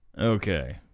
Okay